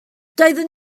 doeddwn